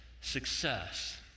success